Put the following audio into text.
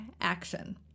action